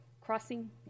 crossing